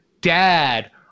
dad